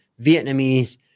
Vietnamese